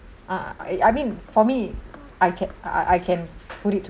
uh I I mean for me I can I I can put it